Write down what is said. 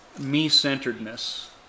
me-centeredness